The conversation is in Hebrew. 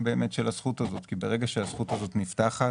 הזכות הזאת כיב רגע שהזכות הזאת נפתחת,